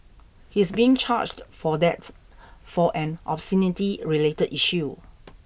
he is being charged for that for an obscenity related issue